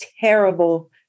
terrible